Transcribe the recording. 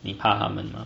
你怕他们吗